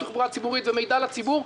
תגבור תחבורה ציבורית ומידע לציבור.